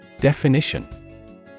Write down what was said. Definition